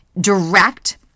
direct